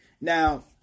Now